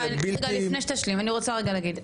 שזה בלתי --- יואב, אני רוצה רגע להגיד.